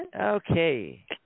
Okay